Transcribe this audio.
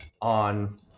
on